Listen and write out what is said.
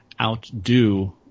outdo